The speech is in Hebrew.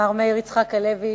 מר מאיר יצחק הלוי,